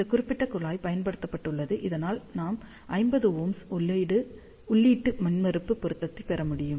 இந்த குறிப்பிட்ட குழாய் பயன்படுத்தப்பட்டுள்ளது இதனால் நாம் 50Ω உள்ளீட்டு மின்மறுப்பு பொருந்தத்தைப் பெற முடியும்